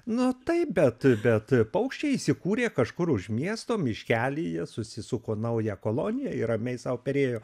na taip bet bet paukščiai įsikūrė kažkur už miesto miškelyje susisuko naują koloniją ir ramiai sau perėjo